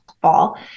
fall